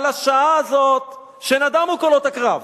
השעה הזאת שנדמו קולות הקרב,